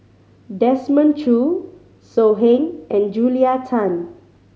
Desmond Choo So Heng and Julia Tan